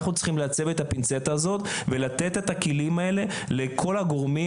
אנחנו צריכים לתת את הכלים האלה לכל הגורמים